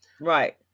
right